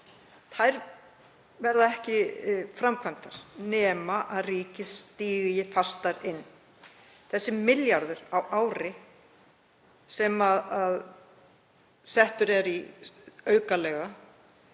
Þær verða ekki framkvæmdar nema ríkið stígi fastar inn. Þessi milljarður á ári, sem settur er inn aukalega